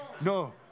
No